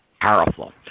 powerful